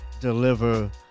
deliver